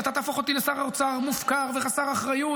אתה תהפוך אותי לשר אוצר מופקר וחסר אחריות,